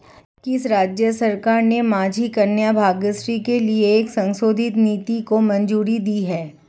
किस राज्य सरकार ने माझी कन्या भाग्यश्री के लिए एक संशोधित नीति को मंजूरी दी है?